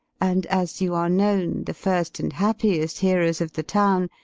and as you are knowne the first and happiest hearers of the towne,